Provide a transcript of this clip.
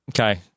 Okay